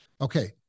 Okay